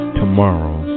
tomorrow